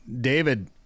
david